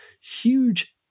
huge